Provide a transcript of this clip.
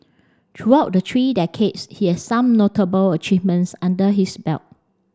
throughout the three decades he has some notable achievements under his belt